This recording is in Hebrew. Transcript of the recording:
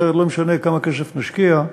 אחרת, לא משנה כמה כסף נשקיע,